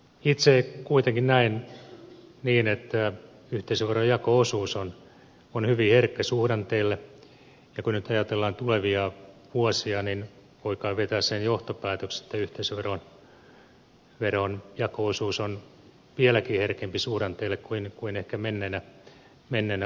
itse kuitenkin näen niin että yhteisöveron jako osuus on hyvin herkkä suhdanteille ja kun nyt ajatellaan tulevia vuosia niin voi kai vetää sen johtopäätöksen että yhteisöveron jako osuus on vieläkin herkempi suhdanteille kuin ehkä menneinä vuosina